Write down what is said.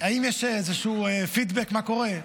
האם יש איזשהו פידבק מה קורה?